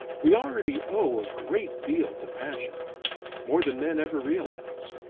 we already owe a great deal to passion more than men ever realize.